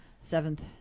seventh